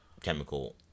chemical